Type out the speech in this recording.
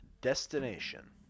Destination